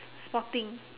s~ s~ sporting